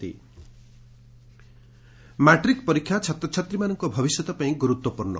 ପ୍ରସ୍ତୁତି ବୈଠକ ମାଟ୍ରିକ ପରୀକ୍ଷା ଛାତ୍ରଛାତ୍ରୀମାନଙ୍କ ଭବିଷ୍ୟତ ପାଇଁ ଗୁରୁତ୍ଦୂର୍ଣ୍ଣ